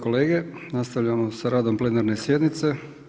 kolege, nastavljamo s radom plenarne sjednice.